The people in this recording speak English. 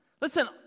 Listen